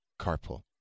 Carpool